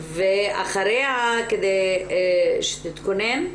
ואחריה, כדי שתתכונן,